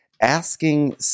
asking